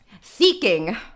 Seeking